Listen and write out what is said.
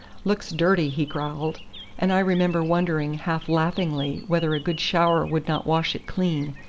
looks dirty, he growled and i remember wondering half-laughingly whether a good shower would not wash it clean,